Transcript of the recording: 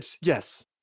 yes